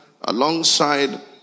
alongside